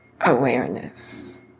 awareness